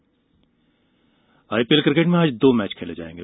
IPL IPL cricket में आज दो मैच खेले जाएंगे